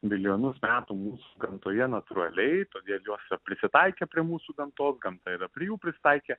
milijonus metų mūsų gamtoje natūraliai todėl jos yra prisitaikę prie mūsų gamtos gamta yra prie jų prisitaikė